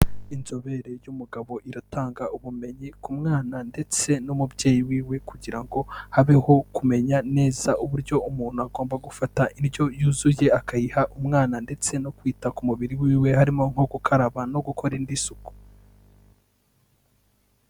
Inzobere y'umugabo iratanga ubumenyi ku mwana ndetse n'umubyeyi wiwe kugira ngo habeho kumenya neza uburyo umuntu agomba gufata indyo yuzuye, akayiha umwana ndetse no kwita ku mubiri wiwe, harimo nko gukaraba no gukora indi suku.